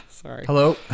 hello